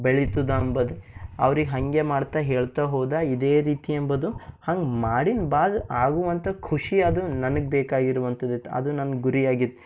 ಬೆಳಿತದೆ ಅಂಬದು ಅವ್ರಿಗೆ ಹಾಗೇ ಮಾಡ್ತಾ ಹೇಳ್ತಾ ಹೋದೆ ಇದೇ ರೀತಿ ಎಂಬುದು ಹಂಗೆ ಮಾಡಿನ ಬಾದ್ ಆಗುವಂಥ ಖುಷಿ ಅದು ನನಗೆ ಬೇಕಾಗಿರುವಂಥದಿತ್ತು ಅದು ನನ್ನ ಗುರಿಯಾಗಿತ್ತು